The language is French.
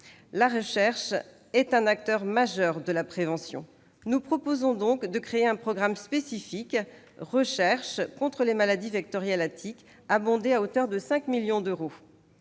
La recherche est un acteur majeur de la prévention. Nous proposons donc de créer un programme spécifique « Recherche contre les maladies vectorielles à tiques », abondé à hauteur de 5 millions d'euros.